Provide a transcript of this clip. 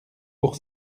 pour